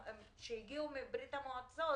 שהגיעו מברית המועצות,